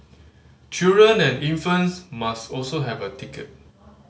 children and infants must also have a ticket